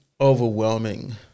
overwhelming